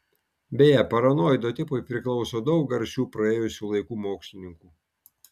beje paranoido tipui priklauso daug garsių praėjusių laikų mokslininkų